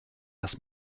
lass